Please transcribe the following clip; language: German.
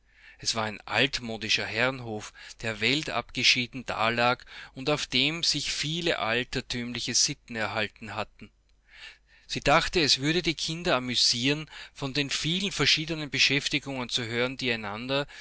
es war ein altmodischer herrenhof der weltabgeschieden dalag und auf dem sich viele altertümliche sitten erhalten hatten sie dachte es würde die kinder amüsieren von den vielen verschiedenen beschäftigungen zu hören die